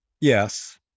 Yes